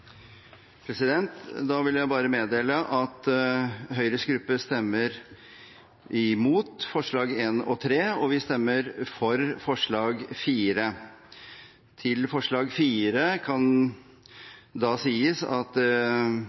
Da vil jeg bare meddele at Høyres gruppe stemmer mot forslagene nr. 1 og 3, og vi stemmer for forslag nr. 4. Til forslag nr. 4 kan da sies at